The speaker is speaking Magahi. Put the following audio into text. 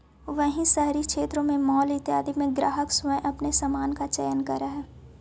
वहीं शहरी क्षेत्रों में मॉल इत्यादि में ग्राहक स्वयं अपने सामान का चयन करअ हई